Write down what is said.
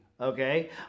okay